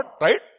right